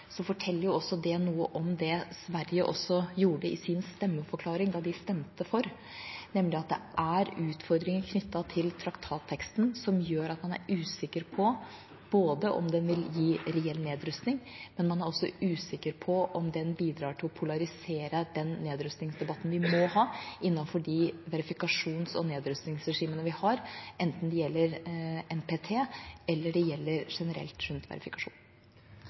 det noe om det Sverige sa i sin stemmeforklaring da de stemte for, nemlig at det er utfordringer knyttet til traktatteksten som gjør at man er usikker på om den vil gi reell nedrustning, men man er også usikker på om den bidrar til å polarisere den nedrustningsdebatten vi må ha innenfor de verifikasjons- og nedrustningsregimene vi har, enten det gjelder NPT, eller det gjelder generelt rundt verifikasjon.